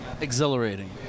Exhilarating